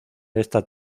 esta